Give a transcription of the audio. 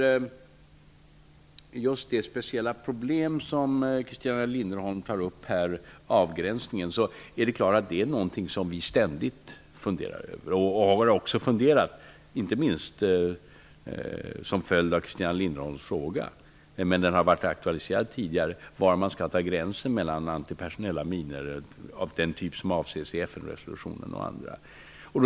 Christina Linderholm tar upp problemet med avgränsningen. Det funderar vi ständigt över. Det är inte minst en följd av Christina Linderholms fråga, men problemet har varit aktualiserat tidigare. Var skall man dra gränsen mellan antipersonella minor av den typ som avses i FN resolutionen och andra minor?